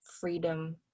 freedom